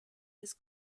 his